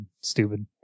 stupid